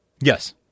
Yes